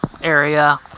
area